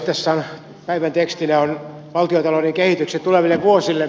tässä päivän tekstinä on valtiontalouden kehykset tuleville vuosille